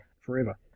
forever